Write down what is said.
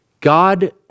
God